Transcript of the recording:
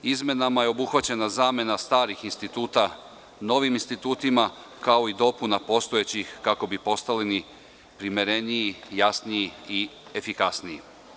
Izmenama je obuhvaćena zamena starih instituta novim institutima, kao i dopuna postojećih, kako bi postali primereniji, jasniji i efikasniji.